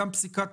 גם פסיקת